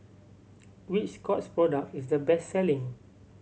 which Scott's product is the best selling